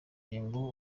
ngo